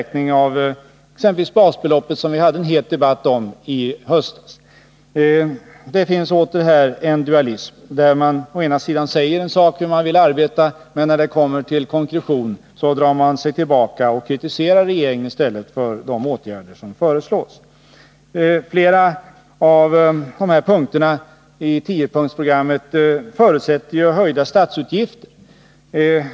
Vi hade som bekant en het debatt i höstas om ändrad metod för beräkning av basbeloppet. Åter har vi en dualism, där man å ena sidan säger hur man vill arbeta men å andra sidan, när det kommer till konkretion, drar sig tillbaka och kritiserar regeringen för de åtgärder som föreslås. Flera av punkterna i tiopunktsprogrammet förutsätter höjda statsutgifter.